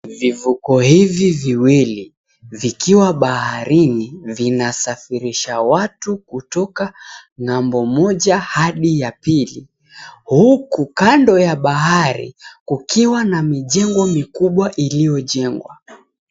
Vivuko hivi viwili, vikiwa baharini. Vinasafirisha watu kutoka ng'ambo moja hadi ya pili, huku kando ya bahari kukiwa na mijengo mikubwa iliyojengwa.